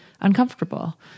uncomfortable